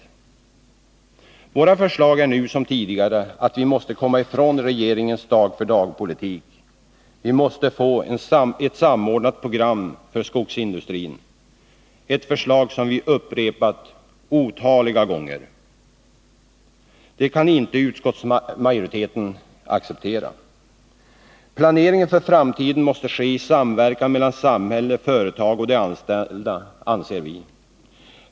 | Fredagen den Våra förslag är nu som tidigare att vi måste komma ifrån regeringens Skogsindustrin dag-för-dag-politik. Vi måste få ett samordnat program för skogsindustrin — det är ett förslag som vi upprepat otaliga gånger. Det kan inte utskottsmajoriteten acceptera. Planeringen för framtiden måste ske i samverkan mellan samhället, företagen och de anställda, anser vi.